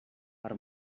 per